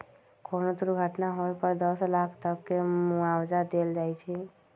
कोनो दुर्घटना होए पर दस लाख तक के मुआवजा देल जाई छई